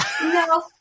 No